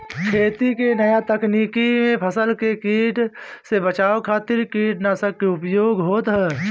खेती के नया तकनीकी में फसल के कीट से बचावे खातिर कीटनाशक के उपयोग होत ह